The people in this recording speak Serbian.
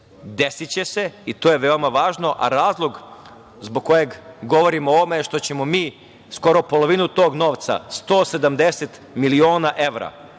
Desiće se i to je veoma važno. Razlog zbog kojeg govorim o ovome je što ćemo mi skoro polovinu tog novca, 170 miliona evra